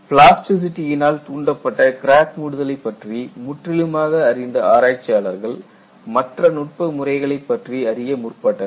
பிளாஸ்டிசிட்டியி னால் தூண்டப்பட்ட கிராக் மூடுதலை பற்றி முற்றிலுமாக அறிந்த ஆராய்ச்சியாளர்கள் மற்ற நுட்ப முறைகளைப்பற்றி அறிய முற்பட்டனர்